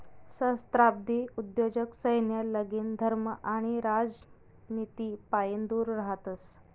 सहस्त्राब्दी उद्योजक सैन्य, लगीन, धर्म आणि राजनितीपाईन दूर रहातस